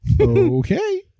okay